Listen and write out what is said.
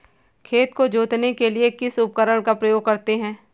खेत को जोतने के लिए किस उपकरण का उपयोग करते हैं?